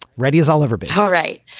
ready as i'll ever be. all right.